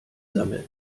sammeln